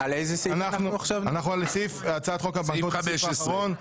אנחנו על הצעת חוק בסעיף האחרון.